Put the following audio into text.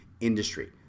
industry